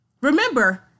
Remember